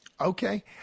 Okay